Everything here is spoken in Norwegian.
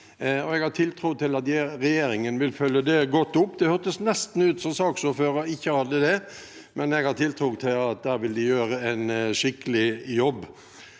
Jeg har tiltro til at regjeringen vil følge det godt opp. Det hørtes nesten ut som saksordføreren ikke hadde det, men jeg har tiltro til at der vil regjeringen gjøre en skikkelig jobb.